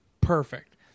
perfect